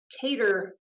cater